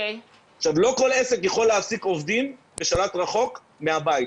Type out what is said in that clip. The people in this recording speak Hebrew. לא כל עסק יכול להעסיק עובדים בשלט רחוק מהבית.